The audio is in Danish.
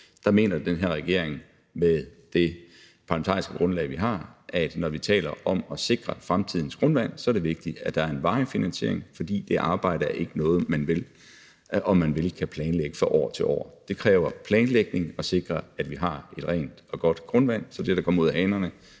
Der mener den her regering med det parlamentariske grundlag, vi har, at når vi taler om at sikre fremtidens grundvand, er det vigtigt, at der er en varig finansiering, fordi det arbejde ikke er noget, man kan planlægge fra år til år. Det kræver planlægning at sikre, at vi har et rent og godt grundvand, så vi stadig kan drikke det, der kommer ud af hanerne.